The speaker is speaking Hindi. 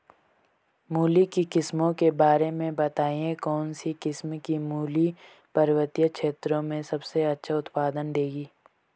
मूली की किस्मों के बारे में बताइये कौन सी किस्म की मूली पर्वतीय क्षेत्रों में सबसे अच्छा उत्पादन देंगी?